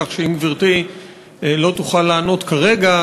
כך שאם גברתי לא תוכל לענות כרגע,